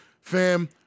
fam